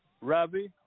Ravi